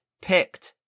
picked